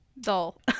Dull